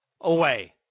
away